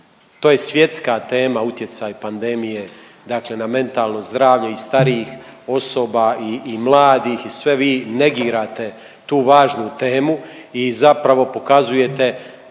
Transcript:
To je svjetska tema utjecaj pandemije dakle na mentalno zdravlje i starijih osoba i, i mladih i sve vi negirate tu važnu temu i zapravo pokazujete